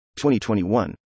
2021